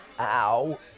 Ow